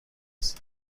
است